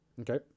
Okay